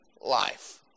life